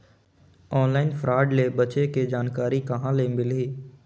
Online fraud ले बचे के जानकारी कहां ले मिलही?